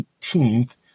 18th